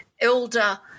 elder